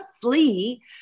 flee